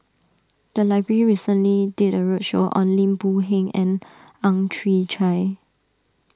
the library recently did a roadshow on Lim Boon Heng and Ang Chwee Chai